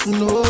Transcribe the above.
no